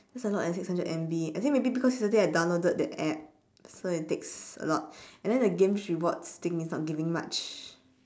that's a lot eh six hundred M_B I think maybe because yesterday I downloaded the app so it takes a lot and then the games rewards thing is not giving much